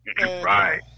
Right